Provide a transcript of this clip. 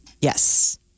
Yes